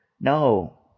No